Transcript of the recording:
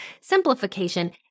simplification